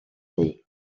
ddu